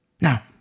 Now